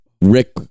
Rick